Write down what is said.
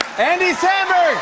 andy samberg!